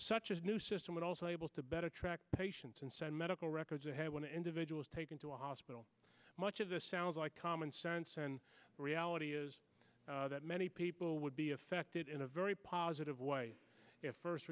such as new system would also be able to better track patients and send medical records ahead when individuals taken to a hospital much of the sounds like common sense and reality is that many people would be affected in a very positive way first